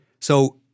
so-